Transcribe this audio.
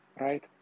right